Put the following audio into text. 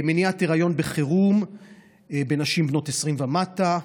מניעת היריון בחירום בנשים בנות 20 ומטה,